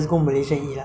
ten dollar ramen like